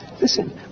Listen